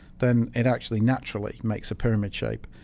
then it actually naturally makes a pyramid shape.